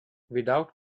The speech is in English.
without